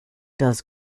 does